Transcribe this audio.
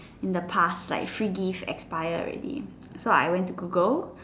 in the past like free gift expire already so I went to Google